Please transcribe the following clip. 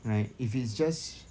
right if it's just